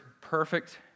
perfect